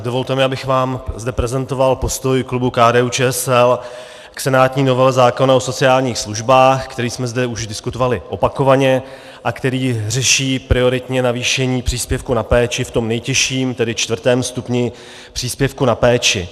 Dovolte mi, abych vám zde prezentoval postoj klubu KDUČSL k senátní novele zákona o sociálních službách, který jsme zde už diskutovali opakovaně a který řeší prioritně zvýšení příspěvku na péči v tom nejtěžším, tedy čtvrtém stupni příspěvku na péči.